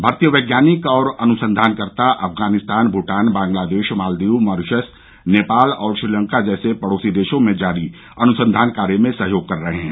भारतीय वैज्ञानिक और अनुसंधानकर्ता अफगानिस्तान भूटान बांग्लादेश मालदीव मॉरिशस नेपाल और श्रीलंका जैसे पड़ोसी देशों में जारी अनुसंघान कार्य में सहयोग कर रहे हैं